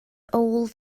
old